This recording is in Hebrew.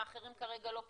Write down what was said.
האחרים כרגע לא פתוחים,